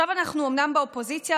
עכשיו אנחנו אומנם באופוזיציה,